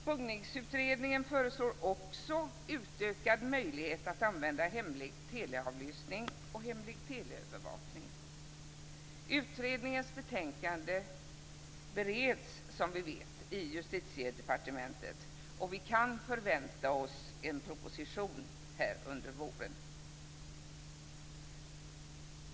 Buggningsutredningen föreslår också utökad möjlighet att använda hemlig teleavlyssning och hemlig teleövervakning. Utredningens betänkande bereds i Justitiedepartementet, som vi vet, och vi kan förvänta oss en proposition under våren.